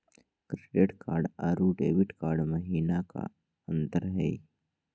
Credit card अरू debit card महिना का अंतर हई?